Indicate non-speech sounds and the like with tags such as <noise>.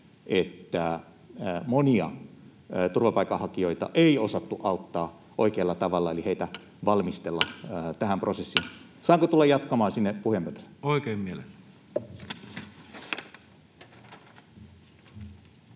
että monia turvapaikanhakijoita ei osattu auttaa oikealla tavalla eli heitä valmistella <noise> tähän prosessiin. — Saanko tulla jatkamaan sinne puhujapönttöön? Kiitos,